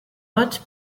motte